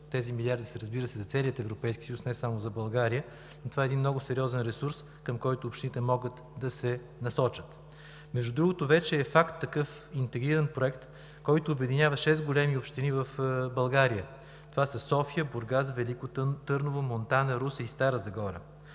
Тези милиарди са, разбира се, за целия Европейски съюз, а не само за България, но това е един много сериозен ресурс, към който общините могат да се насочат. Между другото, вече е факт такъв интегриран проект, който обединява шест големи общини в България. Това са: София, Бургас, Велико Търново, Монтана, Русе и Стара Загора.